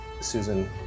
Susan